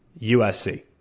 USC